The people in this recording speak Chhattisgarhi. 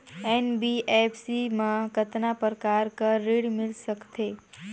एन.बी.एफ.सी मा कतना प्रकार कर ऋण मिल सकथे?